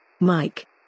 Mike